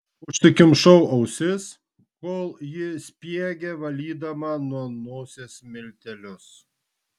užsikimšau ausis kol ji spiegė valydama nuo nosies miltelius